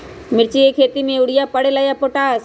मिर्ची के खेती में यूरिया परेला या पोटाश?